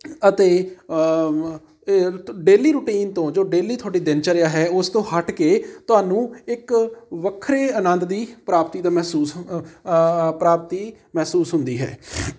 ਅਤੇ daily routine ਤੋਂ ਜੋ ਡੇਲੀ ਤੁਹਾਡੀ ਦਿਨ ਚਰਿਆ ਹੈ ਉਸ ਤੋਂ ਹੱਟ ਕੇ ਤੁਹਾਨੂੰ ਇੱਕ ਵੱਖਰੇ ਆਨੰਦ ਦੀ ਪ੍ਰਾਪਤੀ ਦਾ ਮਹਿਸੂਸ ਪ੍ਰਾਪਤੀ ਮਹਿਸੂਸ ਹੁੰਦੀ ਹੈ